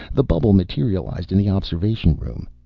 the bubble materialized in the observation room.